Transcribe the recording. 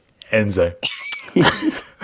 Enzo